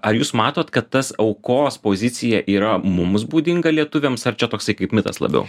ar jūs matot kad tas aukos pozicija yra mums būdinga lietuviams ar čia toksai kaip mitas labiau